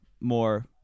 more